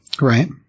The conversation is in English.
Right